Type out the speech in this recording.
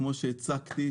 כמו שהצגתי,